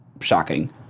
Shocking